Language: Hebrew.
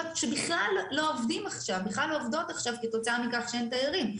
שבכלל לא עובדות עכשיו כתוצאה מכך שאין תיירים.